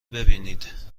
ببینید